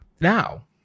now